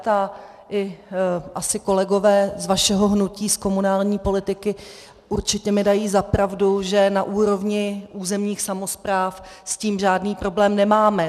A i kolegové z vašeho hnutí z komunální politiky určitě mi dají za pravdu, že na úrovni územních samospráv s tím žádný problém nemáme.